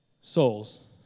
Souls